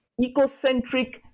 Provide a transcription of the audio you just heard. ecocentric